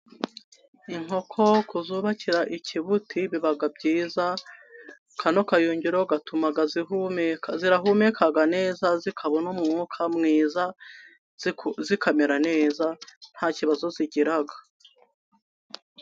Inkoko kuzubakira ikibuti biba byiza. Kano kayungiro gatuma zihumeka, zirahumeka neza, zikabona umwuka mwiza, zikamera neza, nta kibazo zigira.